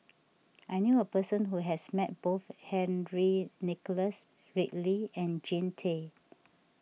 I knew a person who has met both Henry Nicholas Ridley and Jean Tay